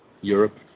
Europe